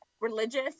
religious